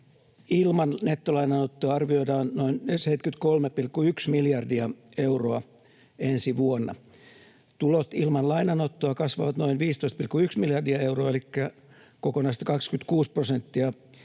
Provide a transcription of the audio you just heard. ilman nettolainanottoa arvioidaan noin 73,1 miljardia euroa ensi vuonna. Tulot ilman lainanottoa kasvavat noin 15,1 miljardia euroa elikkä kokonaiset 26 prosenttia.